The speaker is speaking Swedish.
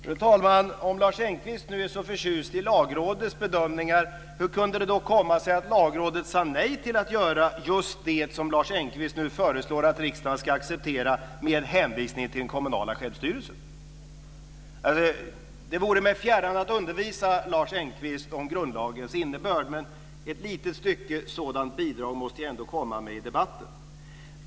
Fru talman! Om Lars Engqvist nu är så förtjust i Lagrådets bedömningar - hur kunde det då komma sig att Lagrådet sade nej till att göra just det som Lars Engqvist nu föreslår att riksdagen ska acceptera med hänvisning till den kommunala självstyrelsen? Det vore mig fjärran att undervisa Lars Engqvist om grundlagens innebörd, men ett litet stycke sådant bidrag måste jag ändå komma med i debatten.